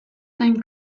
time